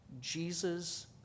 Jesus